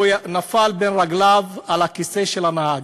הוא נפל בין רגליו, על הכיסא של הנהג.